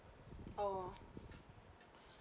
oh